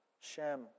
Shem